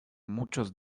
muchos